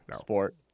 sport